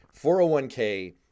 401k